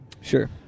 Sure